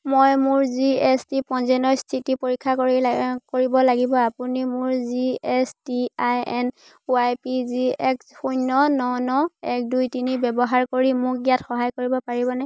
মই মোৰ G S T পঞ্জীয়নৰ স্থিতি পৰীক্ষা কৰিব লাগিব আপুনি মোৰ G S T I N Y P G X শূন্য ন ন এক দুই তিনি ব্যৱহাৰ কৰি মোক ইয়াত সহায় কৰিব পাৰিবনে